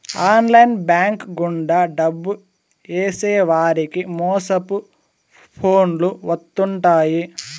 online bank గుండా డబ్బు ఏసేవారికి మోసపు ఫోన్లు వత్తుంటాయి